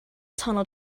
tunnel